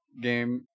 game